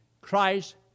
Christ